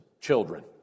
children